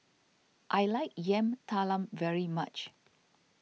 I like Yam Talam very much